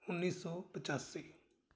ਉੱਨੀ ਸੌ ਪਚਾਸੀ